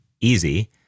easy